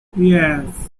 yes